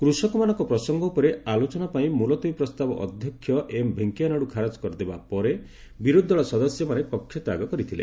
କୃଷକମାନଙ୍କ ପ୍ରସଙ୍ଗ ଉପରେ ଆଲୋଚନା ପାଇଁ ମୁଲତବୀ ପ୍ରସ୍ତାବ ଅଧ୍ୟକ୍ଷ ଏମ୍ ଭେଙ୍କିୟାନାଇଡୁ ଖାରଜ କରିଦେବା ପରେ ବିରୋଧୀଦଳ ସଦସ୍ୟମାନେ କକ୍ଷତ୍ୟାଗ କରିଥିଲେ